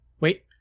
Wait